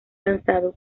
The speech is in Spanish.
lanzado